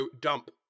dump